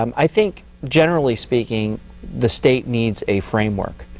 um i think generally speaking the state needs a framework,